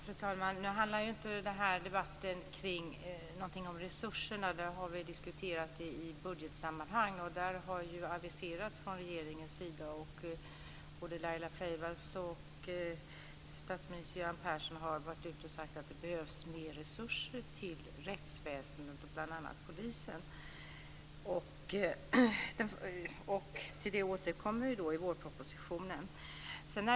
Fru talman! Den här debatten handlar ju inte om resurserna. Det här har vi diskuterat i budgetsammanhang. Det har ju aviserats från regeringens sida. Både Laila Freivalds och statsminister Göran Persson har sagt att det behövs mer resurser till rättsväsendet och bl.a. till polisen. Till detta återkommer vi i vårpropositionen.